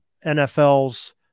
NFL's